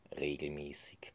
Regelmäßig